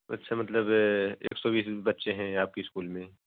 अच्छा मतलब एक सौ बीस बच्चे हैं आपके स्कूल में